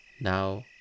Now